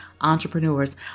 entrepreneurs